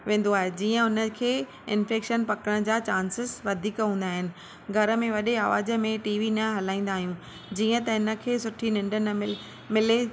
वेंदो आहे जीअं उनखे इंफेक्शन पकड़ण जा चांसेस वधीक हूंदा आहिनि घर में वॾे आवाज़ में टी वी न हलाईंदा आहियूं जीअं त इनखे सुठी निंड न मिले